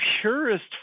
purest